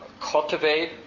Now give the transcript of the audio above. cultivate